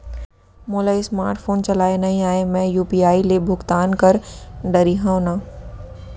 मोला smart phone चलाए नई आए मैं यू.पी.आई ले भुगतान कर डरिहंव न?